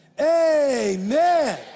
amen